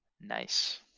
Nice